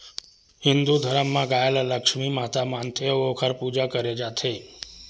हिंदू धरम म गाय ल लक्छमी माता मानथे अउ ओखर पूजा करे जाथे